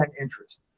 interest